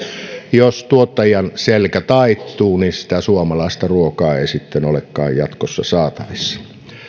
jos tuottajan selkä taittuu niin sitä suomalaista ruokaa ei sitten olekaan jatkossa saatavissa